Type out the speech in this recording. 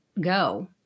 go